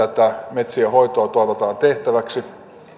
metsienhoitoa toivotaan tehtäväksi